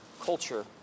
culture